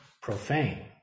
profane